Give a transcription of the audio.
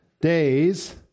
days